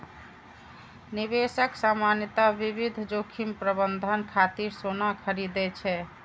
निवेशक सामान्यतः विविध जोखिम प्रबंधन खातिर सोना खरीदै छै